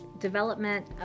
development